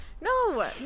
No